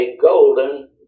golden